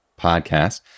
podcast